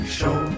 show